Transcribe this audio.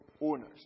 owners